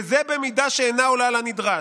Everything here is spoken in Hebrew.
וזה במידה שאינה עולה על הנדרש.